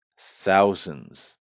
thousands